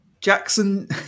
Jackson